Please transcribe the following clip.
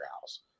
house